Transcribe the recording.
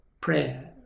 prayer